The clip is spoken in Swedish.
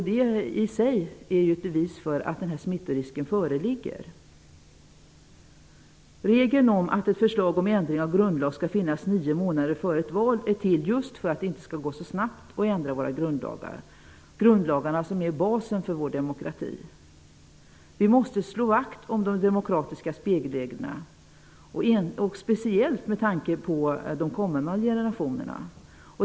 Det i sig är ett bevis för att smittorisken föreligger. Regeln om att ett förslag om ändring av grundlag skall framläggas nio månader före ett val är till just för att det inte skall gå så snabbt att ändra våra grundlagar, vilka är basen för vår demokrati. Vi måste slå vakt om de demokratiska spelreglerna, speciellt med tanke på de kommande generationerna.